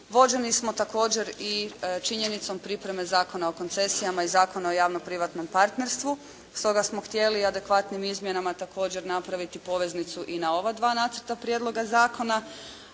vođeni smo također i činjenicom pripreme Zakona o koncesijama i Zakona o javno-privatno partnerstvu. Stoga smo htjeli adekvatnim izmjenama također napraviti poveznicu i na ova dva nacrta prijedloga zakona,